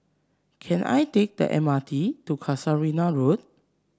can I take the M R T to Casuarina Road